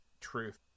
Truth